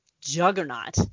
juggernaut